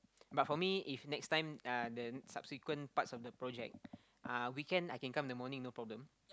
but for me if next time uh the subsequent parts of the project uh weekend I can come in the morning no problem